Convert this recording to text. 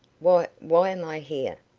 why why am i here?